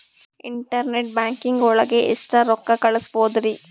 Internet banking ಒಳಗೆ ಎಷ್ಟ್ ರೊಕ್ಕ ಕಲ್ಸ್ಬೋದ್ ರಿ?